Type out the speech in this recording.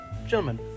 gentlemen